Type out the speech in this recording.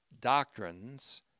Doctrines